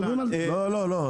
לא, לא.